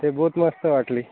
ते बोत मस्त वाटली